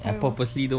I will